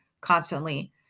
constantly